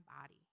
body